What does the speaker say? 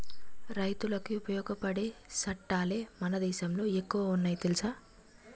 రైతులకి ఉపయోగపడే సట్టాలే మన దేశంలో ఎక్కువ ఉన్నాయి తెలుసా